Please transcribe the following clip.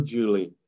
Julie